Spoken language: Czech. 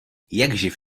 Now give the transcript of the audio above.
jakživ